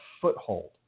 foothold